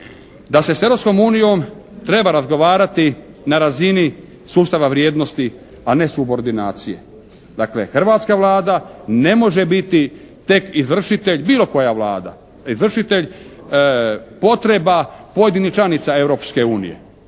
da se s Europskom unijom treba razgovarati na razini sustava vrijednosti a ne subordinacije. Dakle, hrvatska Vlada ne može biti tek izvršitelj, bilo koja Vlada, izvršitelj potreba pojedinih članica Europske unije.